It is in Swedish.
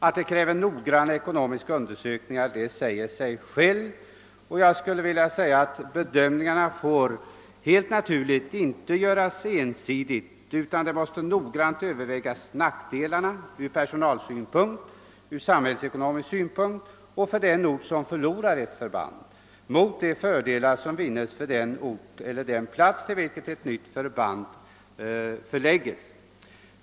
Att det kräver noggranna ekonomiska undersökningar säger sig självt. Bedömningarna får helt naturligt inte göras ensidigt, utan man måste grundligt väga nackdelarna från personalsynpunkt och från samhällsekonomisk synpunkt liksom för den ort som förlorar ett förband mot de fördelar som vinns för den ort till vilken ett nytt förband förläggs.